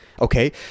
Okay